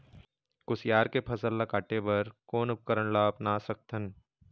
कुसियार के फसल ला काटे बर कोन उपकरण ला अपना सकथन?